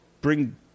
bring